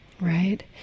Right